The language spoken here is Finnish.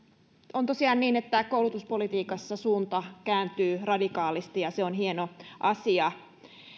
on tosiaan niin että koulutuspolitiikassa suunta kääntyy radikaalisti ja se on hieno asia